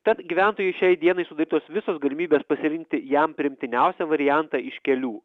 tad gyventojui šiai dienai sudarytos visos galimybės pasirinkti jam priimtiniausią variantą iš kelių